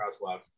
crosswalk